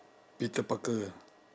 peter parker ah